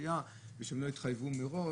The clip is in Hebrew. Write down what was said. לפרשייה ושהם לא התחייבו מראש.